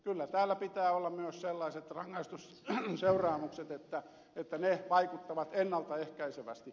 kyllä täällä pitää olla myös sellaiset rangaistusseuraamukset että ne vaikuttavat ennalta ehkäisevästi